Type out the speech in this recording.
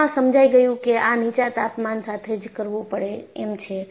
આમાં સમજાઈ ગયુ કે આ નીચા તાપમાન સાથે જ કરવું પડે એમ છે